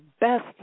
best